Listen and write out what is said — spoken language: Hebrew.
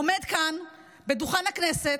עומד כאן על דוכן הכנסת,